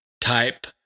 type